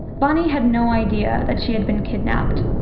bonnie had no idea that she had been kidnapped,